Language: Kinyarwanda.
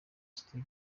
stage